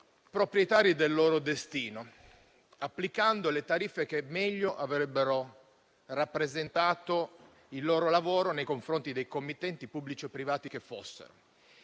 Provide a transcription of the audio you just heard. proprietari del loro destino, applicando quelle che meglio rappresentassero il loro lavoro, nei confronti dei committenti, pubblici o privati che fossero.